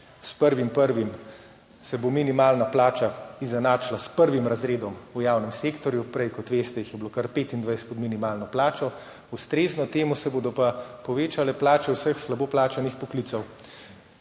s 1. 1. se bo minimalna plača izenačila s prvim razredom v javnem sektorju, prej, kot veste, jih je bilo kar 25 pod minimalno plačo, ustrezno temu se bodo pa povečale plače vseh slabo plačanih poklicev.